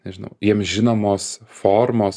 nežinau jiems žinomos formos